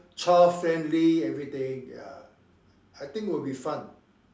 child friendly everything ya I think will be fun